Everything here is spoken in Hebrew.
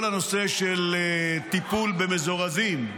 כל הנושא של טיפול במזורזים,